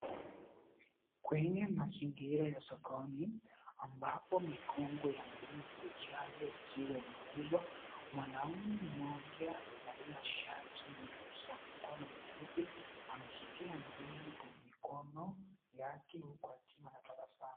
Kwenye mazingira ya sokoni ambapo mikongwe ya bidhaa zilizo chache ikiwa yanauzwa, mwanaume mmoja alivaa shati nyeusi na ikona mifupi, ameshikilia ndizi kwenye mikono yake huku akitabasamu.